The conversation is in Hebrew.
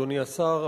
אדוני השר,